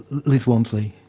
liz walmsley?